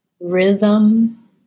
rhythm